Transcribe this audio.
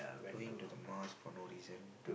going to the Mars for no reason